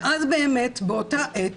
אז באמת באותה עת,